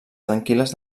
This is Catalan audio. tranquil·les